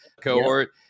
cohort